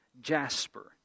Jasper